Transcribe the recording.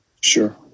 Sure